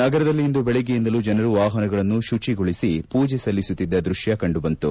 ನಗರದಲ್ಲಿ ಇಂದು ಬೆಳಗ್ಗೆಯಿಂದಲೂ ಜನರು ವಾಹನಗಳನ್ನು ಶುಚಿ ಗೊಳಿಸಿ ಪೂಜೆ ಸಲ್ಲಿಸುತ್ತಿದ್ದ ದೃಶ್ಯ ಕಂಡುಬಂತು